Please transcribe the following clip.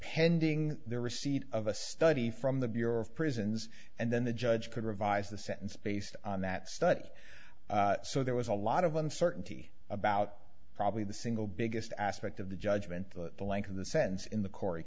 pending the receipt of a study from the bureau of prisons and then the judge could revise the sentence based on that study so there was a lot of uncertainty about probably the single biggest aspect of the judgment that the length of the sense in the co